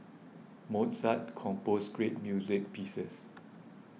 Mozart composed great music pieces